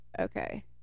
okay